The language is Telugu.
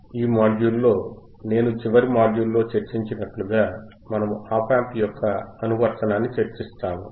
ఈ మాడ్యూల్లో నేను చివరి మాడ్యూల్లో చర్చించినట్లుగా మనము ఆప్ యాంప్ యొక్క అనువర్తనాన్ని చర్చిస్తాము